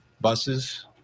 Buses